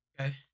Okay